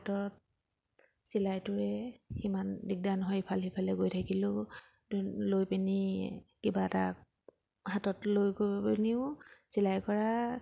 হাতত চিলাইটোৰে সিমান দিগদাৰ নহয় ইফাল সিফালে গৈ থাকিলেও লৈ পিনি কিবা এটা হাতত লৈ গৈ পিনিও চিলাই কৰাৰ